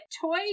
Toy